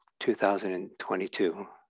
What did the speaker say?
2022